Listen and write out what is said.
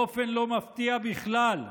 באופן לא מפתיע בכלל,